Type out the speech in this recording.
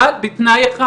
אבל בתנאי אחד